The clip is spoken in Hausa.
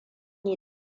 yi